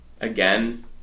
Again